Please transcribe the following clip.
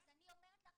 אז אני אומרת לך.